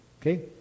Okay